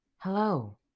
Hello